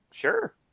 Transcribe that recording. Sure